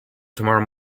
tomorrow